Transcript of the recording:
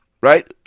Right